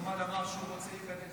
ליברמן אמר שהוא רוצה להיכנס.